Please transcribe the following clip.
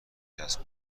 دست